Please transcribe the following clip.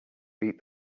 beat